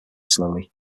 slowly